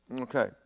Okay